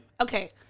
Okay